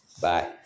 Bye